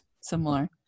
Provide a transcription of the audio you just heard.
similar